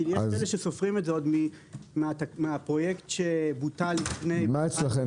כי יש כאלה שסופרים את זה עוד מהפרויקט שבוטל לפני 2008,